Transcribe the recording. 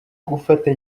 gufata